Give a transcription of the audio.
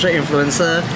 influencer